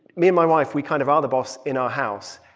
me and my wife, we kind of are the boss in our house.